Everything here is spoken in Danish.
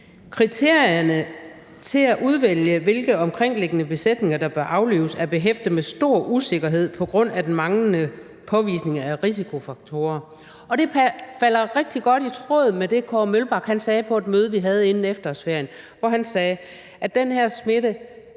Kriterierne for at udvælge, hvilke omkringliggende besætninger der bør aflives, er behæftet med stor usikkerhed på grund af den manglende påvisning af risikofaktorer, og det falder rigtig godt i tråd med det, Kåre Mølbak sagde på et møde, vi havde inden efterårsferien; der sagde han: Den her virus